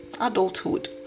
adulthood